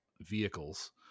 vehicles